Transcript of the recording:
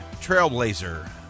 trailblazer